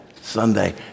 Sunday